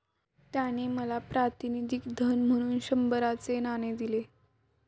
त्याने मला प्रातिनिधिक धन म्हणून शंभराचे नाणे दिले